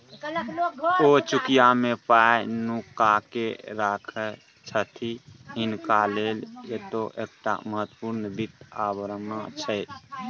ओ चुकिया मे पाय नुकाकेँ राखय छथि हिनका लेल इहो एकटा महत्वपूर्ण वित्त अवधारणा छै